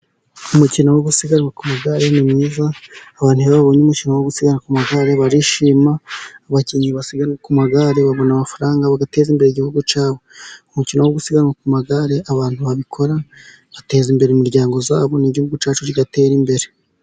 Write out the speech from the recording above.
Umukino wo gusiganwa ku mugare ni mwiza. Abantu iyo babonye umukino wo gusiganwa ku magare barishima. Abakinnyi basiganwa ku magare babona amafaranga, bagateza imbere igihugu cyabo. Umukino wo gusiganwa ku magare abantu babikora bateza imbere imiryango yabo, n'Igihugu cyacu kigatera imbere.